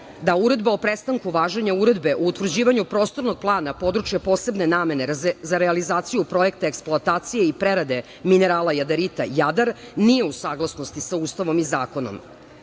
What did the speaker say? da uredba o prestanku važenja Uredbe o utvrđivanju prostornog plana područja posebne namene za realizaciju projekta eksploatacije i prerade minerala i jadarita „Jadar“ nije u saglasnosti sa Ustavom i